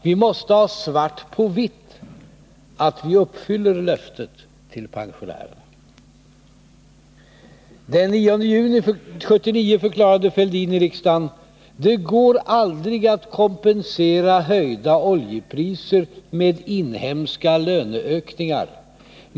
Vi måste ha svart på vitt att vi uppfyller löftet till pensionärerna.” Den 9 juni 1979 förklarade Thorbjörn Fälldin i riksdagen: ”Det går aldrig att kompensera högre oljepriser —-—-—- med inhemska löneökningar.